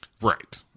Right